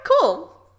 cool